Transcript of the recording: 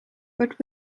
but